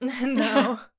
No